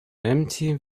empty